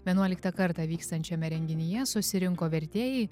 vienuoliktą kartą vyksiančiame renginyje susirinko vertėjai